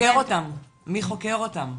מי חוקר אותם?